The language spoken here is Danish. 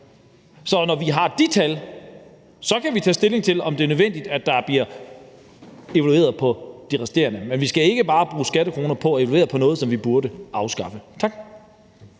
Når vi så har de tal, kan vi tage stilling til, om det er nødvendigt, at de resterende bliver evalueret, men vi skal ikke bare bruge skattekroner på at evaluere noget, som vi burde afskaffe. Tak.